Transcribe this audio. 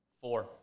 four